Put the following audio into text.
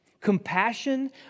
Compassion